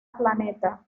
planeta